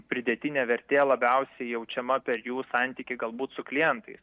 pridėtinė vertė labiausiai jaučiama per jų santykį galbūt su klientais